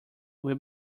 will